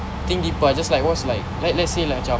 think deeper ah just like what's like let's say lah macam